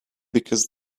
because